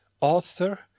author